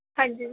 ਹਾਂਜੀ